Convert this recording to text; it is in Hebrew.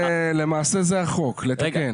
אני רוצה להשלים.